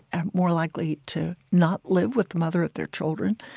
and more likely to not live with the mother of their children.